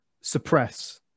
suppress